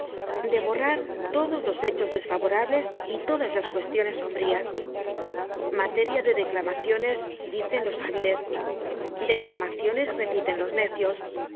de borrar todos los hechos desfavorables y todas las cuestiones sombrías materia de declamaciones dicen los hábiles declamaciones repiten los necios